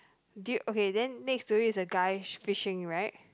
dude okay then next to it is a guy sh~ fishing right